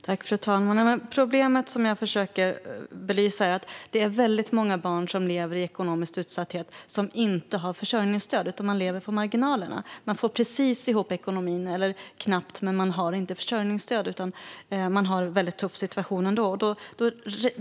Fru talman! Det problem som jag försöker belysa är att det är väldigt många familjer med barn som lever i ekonomiskt utsatthet men som inte har försörjningsstöd utan lever på marginalerna. De får kanske precis ihop ekonomin eller knappt det. De har inte försörjningsstöd, men de har en mycket tuff situation ändå.